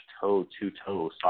toe-to-toe